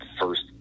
First